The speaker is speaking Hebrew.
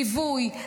ליווי,